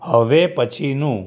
હવે પછીનું